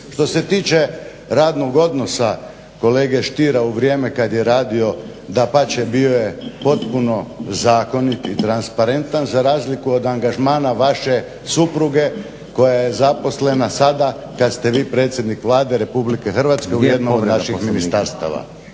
Što se tiče radnog odnosa kolege Stiera u vrijeme kad je radio dapače bio je potpuno zakonit i transparentan za razliku od angažmana vaše supruge koja je zaposlena sada kad ste vi predsjednik Vlade RH u jednom od naših ministarstava.